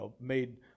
made